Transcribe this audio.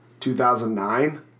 2009